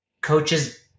coaches